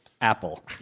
Apple